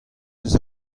eus